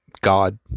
God